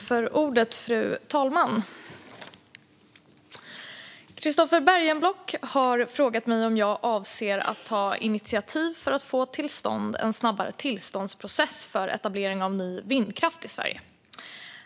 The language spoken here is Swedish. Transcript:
Fru talman! har frågat mig om jag avser att ta initiativ för att få till stånd en snabbare tillståndsprocess för etablering av ny vindkraft i Sverige.